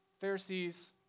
Pharisees